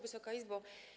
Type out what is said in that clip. Wysoka Izbo!